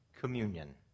communion